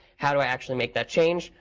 how do i actually make that change?